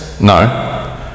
No